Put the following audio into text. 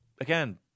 again